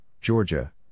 Georgia